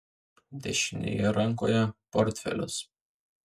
dešinėje rankoje portfelis